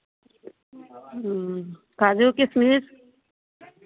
ह्म्म काजू किशमिश